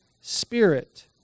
Spirit